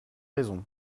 raison